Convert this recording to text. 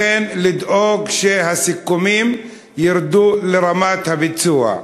לדאוג שהסיכומים אכן ירדו לרמת הביצוע.